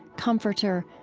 comforter,